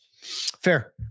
Fair